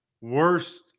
Worst –